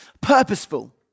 purposeful